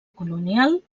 colonial